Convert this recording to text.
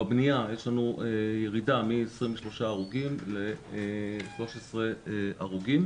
בבנייה יש לנו ירידה מ-23 הרוגים ל -13 הרוגים.